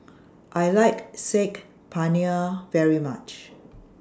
I like Saag Paneer very much